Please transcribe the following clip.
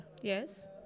Yes